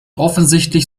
offensichtlich